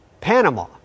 Panama